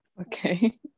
Okay